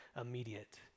immediate